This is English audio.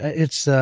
it's ah